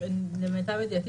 למיטב ידיעתי.